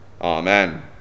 Amen